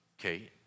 Okay